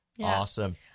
Awesome